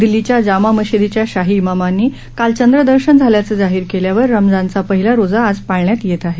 दिल्लीच्या जामा मशिदीच्या शाही इमामांनी काल चंद्रदर्शन झाल्याचं जाहीर केल्यावर रमजानचा पहिला रोजा आज पाळण्यात येत आहे